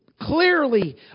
clearly